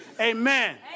Amen